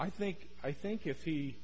i think i think if he